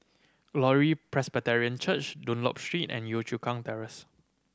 Glory Presbyterian Church Dunlop Street and Yio Chu Kang Terrace